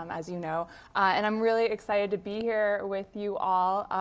um as you know. and i'm really excited to be here with you all.